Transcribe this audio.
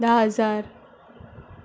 धा हजार